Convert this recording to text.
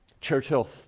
Churchill